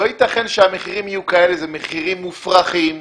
לא יתכן שהמחירים יהיו כאלה, זה מחירים מופרכים,